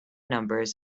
numbers